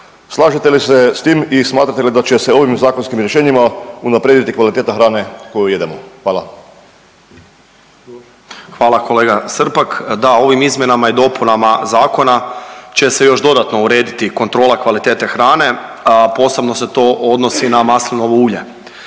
Slažete li se s tim i smatrate li da će se ovim zakonskim rješenjima unaprijediti kvaliteta hrane koju jedemo? Hvala. **Okroša, Tomislav (HDZ)** Hvala kolega Srpak, da ovim izmjenama i dopunama zakona će se još dodatno urediti kontrola kvalitete hrane, a posebno se to odnosi na maslinovo ulje.